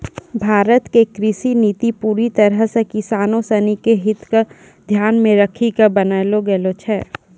भारत के कृषि नीति पूरी तरह सॅ किसानों सिनि के हित क ध्यान मॅ रखी क बनैलो गेलो छै